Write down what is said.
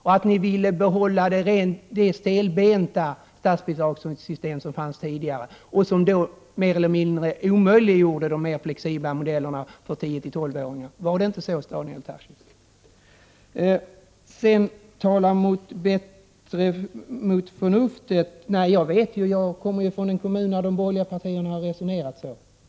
Ville inte ni behålla det stelbenta statsbidragssystem som fanns tidigare, som mer eller mindre omöjliggjorde de mer flexibla modellerna för 10—12-åringar. Var det inte så, Daniel Tarschys? Karin Israelsson sade att jag talade mot bättre förnuft. Nej, det gjorde jag inte. Jag kommer från en kommun där de borgerliga partierna har resonerat så.